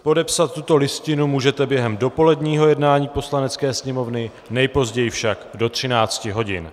Podepsat tuto listinu můžete během dopoledního jednání Poslanecké sněmovny, nejpozději však do 13 hodin.